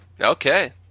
Okay